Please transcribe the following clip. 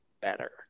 better